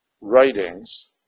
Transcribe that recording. writings